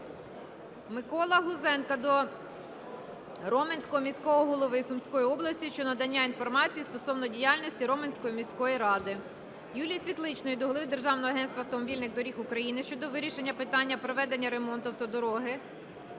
Миколи Гузенка до Роменського міського голови Сумської області щодо надання інформації стосовно діяльності Роменської міської ради. Юлії Світличної до голови Державного агентства автомобільних доріг України щодо вирішення питання проведення ремонту автодороги